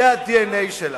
זה ה-DNA שלך.